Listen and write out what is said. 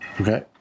okay